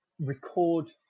record